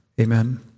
amen